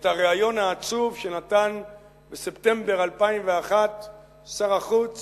את הריאיון העצוב שנתן בספטמבר 2001 שר החוץ